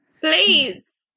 please